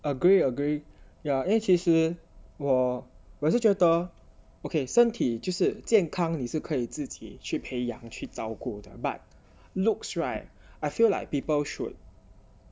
agree agree yeah 因为其实我我是觉得 okay 身体就是健康你是可以自己去培养去照顾的 but looks right I feel like people should